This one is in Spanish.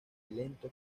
lento